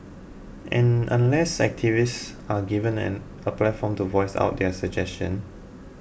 and unless activists are given an a platform to voice out their suggestions